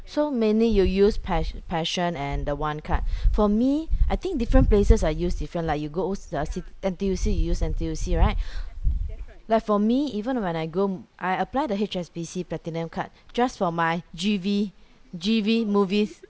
so mainly you use pass~ passion and the one card for me I think different places I use different like you go O_C N_T_U_C you use N_T_U_C right like for me even when I go I apply the H_S_B_C platinum card just for my G_V G_V movies